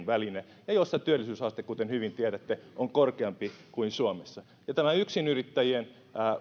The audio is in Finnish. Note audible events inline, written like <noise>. <unintelligible> väline ja jossa työllisyysaste kuten hyvin tiedätte on korkeampi kuin suomessa ja tähän yksinyrittäjien